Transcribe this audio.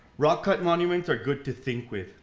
rock cut monuments are good to think with